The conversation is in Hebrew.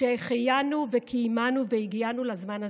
שהחיינו וקיימנו והגיענו לזמן הזה.